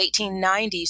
1890s